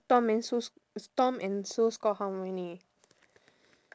tom and sue tom and sue score how many